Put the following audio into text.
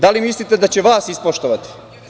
Da li mislite da će vas ispoštovati?